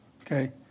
okay